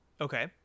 Okay